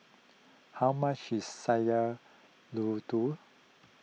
how much is Sayur Lodeh